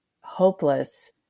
hopeless